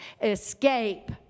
escape